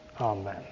Amen